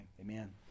amen